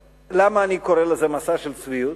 למה אני קורא לזה מסע של צביעות?